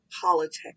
politics